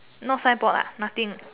not signboard ah nothing